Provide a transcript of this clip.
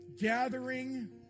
gathering